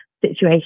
situation